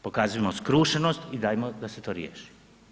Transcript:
Pokazujmo skrušenost i dajmo da se to riješi.